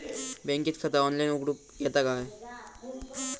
बँकेत खाता ऑनलाइन उघडूक येता काय?